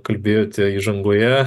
kalbėjote įžangoje